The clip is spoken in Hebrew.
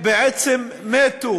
שמתו